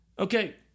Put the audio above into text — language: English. Okay